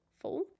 full